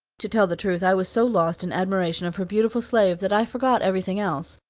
to tell the truth, i was so lost in admiration of her beautiful slave that i forgot everything else,